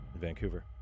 Vancouver